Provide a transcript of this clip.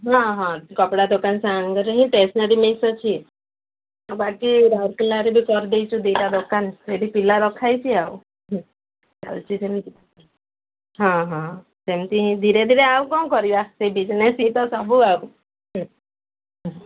ହଁ ହଁ କପଡ଼ା ଦୋକାନ ସାଙ୍ଗରେ ହିଁ ଷ୍ଟେସନରୀ ମିକ୍ସ ଅଛି ବାକି ରାଉଲକେଲାରେ ଯେଉଁ କରିଦେଇଛୁ ଦୁଇଟା ଦୋକାନ ସେଇଠି ପିଲା ରଖାଯାଇଛିି ଆଉ ଚାଲିଛି ସେମିତି ହଁ ହଁ ସେମିତି ହିଁ ଧୀରେ ଧୀରେ ଆଉ କ'ଣ କରିବା ସେଇ ବିଜିନେସ୍ ବିି ତ ସବୁ ଆଉ